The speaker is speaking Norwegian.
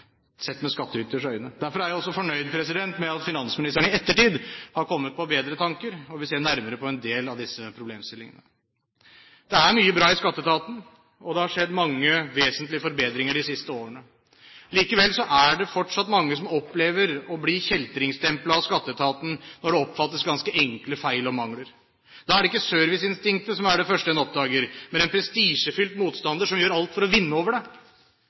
sett med skattyters øyne. Derfor er jeg fornøyd med at finansministeren i ettertid har kommet på bedre tanker og vil se nærmere på en del av disse problemstillingene. Det er mye bra i Skatteetaten, og det har skjedd mange vesentlige forbedringer de siste årene. Likevel er det fortsatt mange som opplever å bli kjeltringstemplet av Skatteetaten når det oppdages enkle feil eller mangler. Da er det ikke serviceinstinktet som er det første en oppdager, men en prestisjefylt motstander som gjør alt for å vinne over